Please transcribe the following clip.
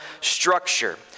structure